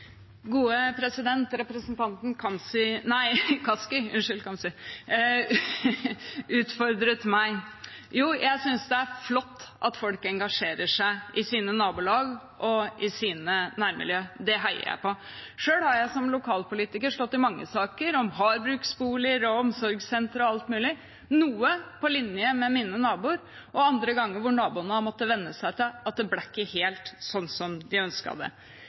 flott at folk engasjerer seg i sine nabolag og i sine nærmiljø – det heier jeg på. Selv har jeg som lokalpolitiker stått i mange saker om hardbruksboliger og omsorgssentre og alt mulig, noen ganger på linje med mine naboer, og andre ganger hvor naboene har måttet venne seg til at det ble ikke helt sånn som de ønsket det.